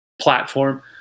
platform